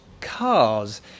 cars